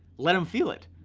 let them feel it.